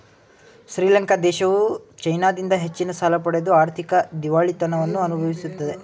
ಶ್ರೀಲಂಕಾ ದೇಶವು ಚೈನಾದಿಂದ ಹೆಚ್ಚಿನ ಸಾಲ ಪಡೆದು ಆರ್ಥಿಕ ದಿವಾಳಿತನವನ್ನು ಅನುಭವಿಸುತ್ತಿದೆ